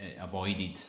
avoided